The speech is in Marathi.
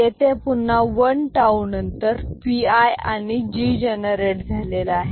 येथे पुन्हा 1 टाऊ नंतर P i आणि G जनरेट झालेला आहे